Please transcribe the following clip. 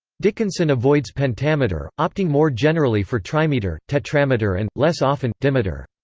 dickinson avoids pentameter, opting more generally for trimeter, tetrameter and, less often, dimeter.